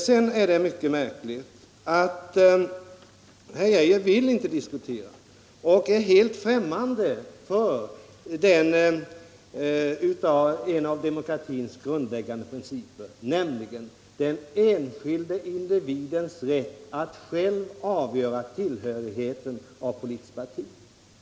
Sedan är det mycket märkligt att herr Geijer inte vill diskutera utan är helt främmande för en av demokratins grundläggande principer, nämligen den enskilda individens rätt att själv avgöra tillhörigheten till politiskt parti.